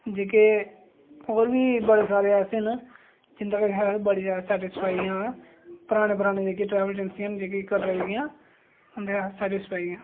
जेह्के होर बी बड़े सारे ऐसे न जिंदे' कशा अस बड़े सैटिसफाई आं परानी परानी जेह्की ट्रैवल एजेंसी न कटरै दियां ते अस सैटिसफाई आं